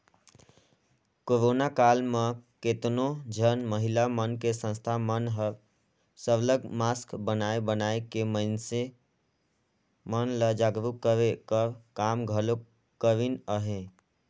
corona काल म केतनो झन महिला मन के संस्था मन हर सरलग मास्क बनाए बनाए के मइनसे मन ल जागरूक करे कर काम घलो करिन अहें